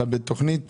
בתוכנית